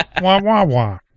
wah-wah-wah